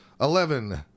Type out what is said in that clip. Eleven